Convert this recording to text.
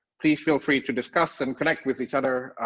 please feel free to discuss and connect with each other,